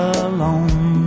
alone